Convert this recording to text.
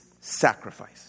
sacrifice